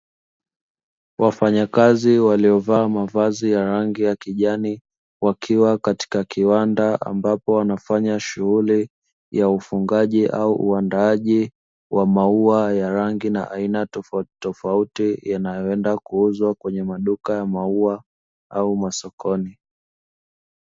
Wafanyakazi waliovaa mavazi ya rangi ya kijani, wakiwa katika kiwanda ambapo wanafanya shughuli ya ufungaji au uandaaji wa maua ya rangi na aina tofautitofauti yanayoenda kuuzwa kwenye maduka ya maua au masokoni.